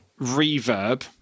reverb